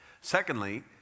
Secondly